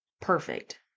perfect